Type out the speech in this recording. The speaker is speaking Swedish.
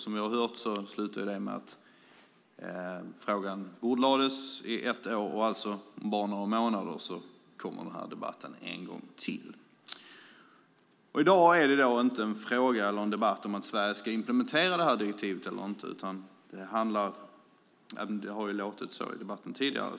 Som vi har hört slutade det den gången med att frågan bordlades i ett år. Om några månader kommer debatten upp igen. I dag är det inte en debatt om Sverige ska implementera direktivet eller inte, även om det har låtit så tidigare i debatten.